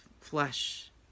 flesh